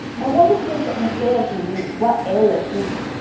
and what is this that ye say unto me, what aileth thee?